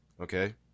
okay